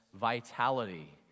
vitality